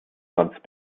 franz